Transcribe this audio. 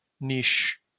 niche